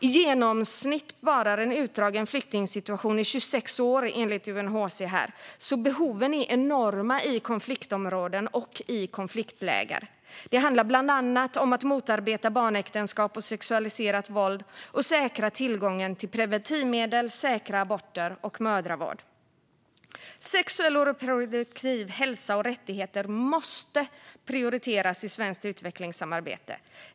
I genomsnitt varar en utdragen flyktingsituation i 26 år, enligt UNHCR, så behoven är enorma i konfliktområden och i flyktingläger. Det handlar bland annat om att motarbeta barnäktenskap och sexualiserat våld och om att säkra tillgången till preventivmedel, säkra aborter och mödravård. Sexuell och reproduktiv hälsa och rättigheter måste prioriteras i svenskt utvecklingssamarbete.